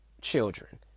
children